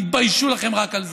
תתביישו לכם רק על זה.